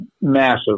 Massive